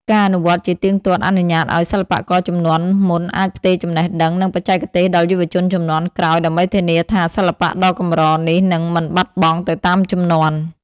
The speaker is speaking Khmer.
ការអនុវត្តជាទៀងទាត់អនុញ្ញាតឱ្យសិល្បករជំនាន់មុនអាចផ្ទេរចំណេះដឹង និងបច្ចេកទេសដល់យុវជនជំនាន់ក្រោយ ដើម្បីធានាថាសិល្បៈដ៏កម្រនេះនឹងមិនបាត់បង់ទៅតាមជំនាន់។